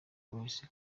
polisi